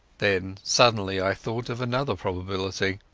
then suddenly i thought of another probability.